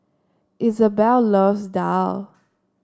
Izabelle loves Daal